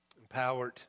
empowered